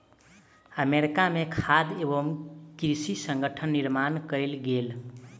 America में खाद्य एवं कृषि संगठनक निर्माण कएल गेल